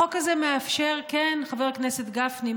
החוק הזה מאפשר, כן, חבר הכנסת גפני,